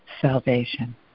salvation